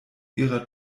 ihrer